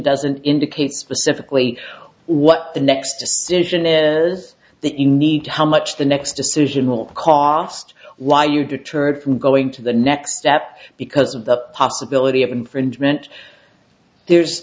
doesn't indicate specifically what the next decision is that you need to how much the next decision will cost why you deterred from going to the next step because of the possibility of infringement there's